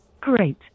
Great